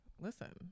listen